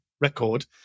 Record